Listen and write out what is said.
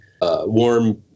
warm